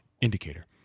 indicator